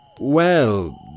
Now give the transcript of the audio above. Well